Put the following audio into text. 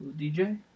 DJ